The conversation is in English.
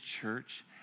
church